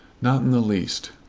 not in the least.